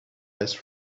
less